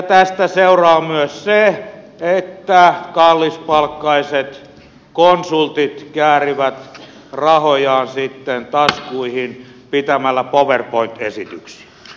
tästä seuraa myös se että kallispalkkaiset konsultit käärivät rahojaan sitten taskuihin pitämällä powerpoint esityksiä